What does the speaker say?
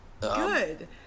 Good